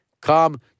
Come